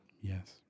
yes